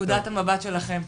נקודת המבט שלכם.